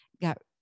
got